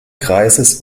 kreises